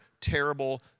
terrible